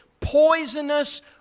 poisonous